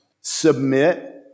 Submit